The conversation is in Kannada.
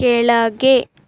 ಕೆಳಗೆ